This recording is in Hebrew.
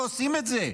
לא עושים את זה.